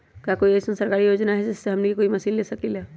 का कोई अइसन सरकारी योजना है जै से हमनी कोई मशीन ले सकीं ला?